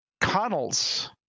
Connell's